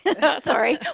sorry